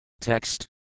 Text